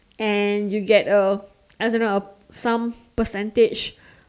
and you get a I don't know a some percentage